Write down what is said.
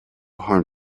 harm